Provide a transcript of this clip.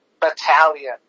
Battalion